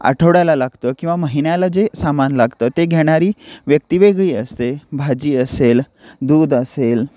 आठवड्याला लागतं किंवा महिन्याला जे सामान लागतं ते घेणारी व्यक्ती वेगळी असते भाजी असेल दूध असेल